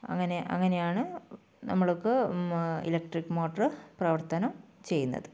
അങ്ങനെ അങ്ങനെയാണ് നമ്മൾക്ക് ഇലക്ട്രിക് മോട്ടർ പ്രവർത്തനം ചെയ്യുന്നത്